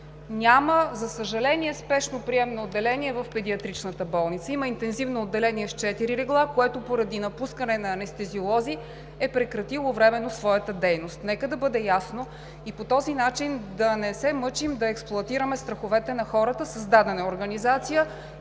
За съжаление, няма Спешно приемно отделение в Педиатричната болница, има Интензивно отделение с четири легла, което поради напускане на анестезиолози, временно е прекратило своята дейност. Нека да бъде ясно и по този начин да не се мъчим да експлоатираме страховете на хората. Създадена е организация